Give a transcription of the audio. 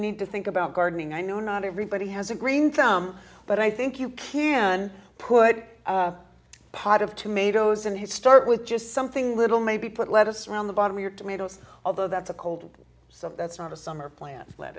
need to think about gardening i know not everybody has a green thumb but i think you can put a pot of tomatoes in his start with just something little maybe put lettuce around the bottom of your tomatoes although that's a cold so that's not a summer plant